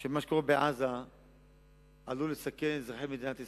שמה שקורה בעזה עלול לסכן את אזרחי מדינת ישראל.